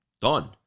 done